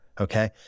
okay